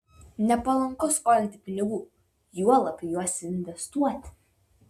nepalanku skolinti pinigų juolab juos investuoti